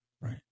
right